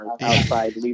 outside